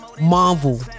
Marvel